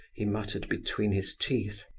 he muttered, between his teeth.